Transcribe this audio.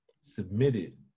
Submitted